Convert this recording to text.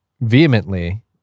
vehemently